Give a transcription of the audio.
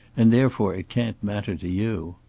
and therefore it can't matter to you.